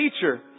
teacher